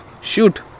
shoot